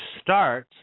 start